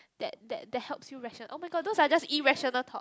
that that that helps you ratio~ oh-my-god those are just irrational thoughts